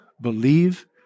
believe